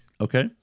Okay